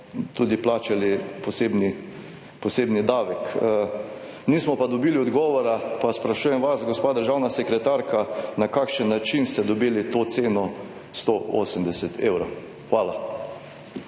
tudi plačali posebni davek. Nismo pa dobili odgovora, pa sprašujem vas, gospa državna sekretarka. Na kakšen način ste dobili to ceno 180 evrov? Hvala.